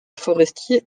forestier